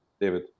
David